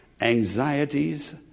Anxieties